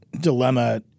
dilemma